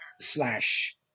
slash